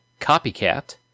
Copycat